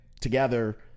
together